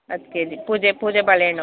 ಹತ್ತು ಕೆಜಿ ಪೂಜೆ ಪೂಜೆ ಬಾಳೆ ಹಣ್ಣು